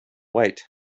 wait